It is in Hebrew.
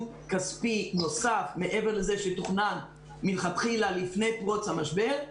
כספי נוסף מעבר לזה שתוכן מלכתחילה לפני פרוץ המשבר,